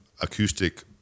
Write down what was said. acoustic